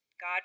God